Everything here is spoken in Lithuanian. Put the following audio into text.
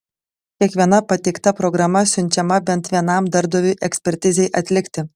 kiekviena pateikta programa siunčiama bent vienam darbdaviui ekspertizei atlikti